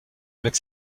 avec